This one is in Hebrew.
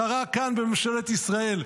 שרה כאן בממשלת ישראל,